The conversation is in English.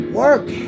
work